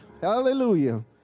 hallelujah